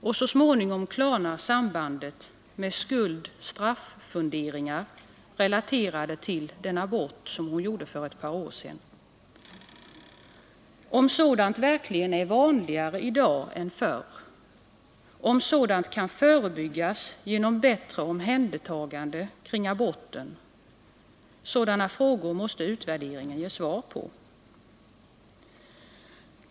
Och så småningom klarnar sambandet med skuldstraff-funderingar relaterade till den abort som hon gjorde för ett par år sedan. Är sådant verkligen vanligare i dag än förr? Kan sådant förebyggas genom bättre omhändertagande kring aborten? Sådana frågor måste utvärderingen ge svar på.